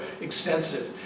extensive